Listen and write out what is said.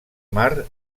mar